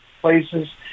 places